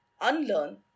unlearn